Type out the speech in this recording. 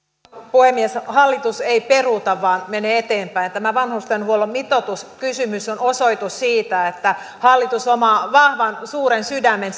puhemies hallitus ei peruuta vaan menee eteenpäin tämä vanhustenhuollon mitoituskysymys on osoitus siitä että hallitus omaa vahvan suuren sydämen